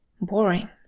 boring